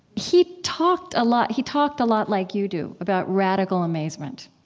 he talked a lot he talked a lot like you do about radical amazement,